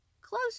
close